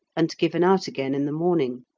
and given out again in the morning.